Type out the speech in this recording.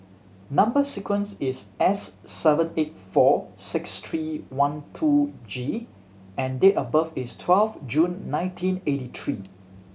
number sequence is S seven eight four six three one two G and date of birth is twelve June nineteen eighty three